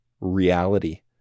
reality